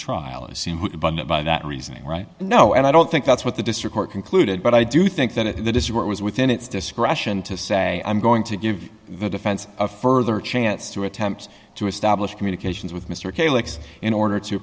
who funded by that reasoning right now and i don't think that's what the district court concluded but i do think that it is it was within its discretion to say i'm going to give the defense a further chance to attempt to establish communications with mr calix in order to